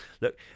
Look